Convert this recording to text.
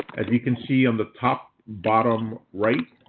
as you can see on the top, bottom right,